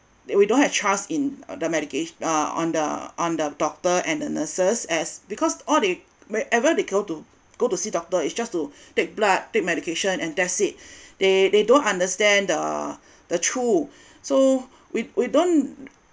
we don't have trust in the medication uh on the on the doctor and the nurses as because all they whenever they go to go to see doctor is just to take blood take medication and that's it they they don't understand the the through so we we don't